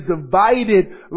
divided